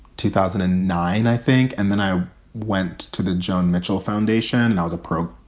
two thousand and nine, i think. and then i went to the joni mitchell foundation and i was approached.